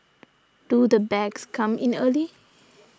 do the bags come in early